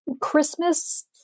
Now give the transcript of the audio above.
Christmas